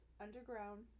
underground